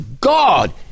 God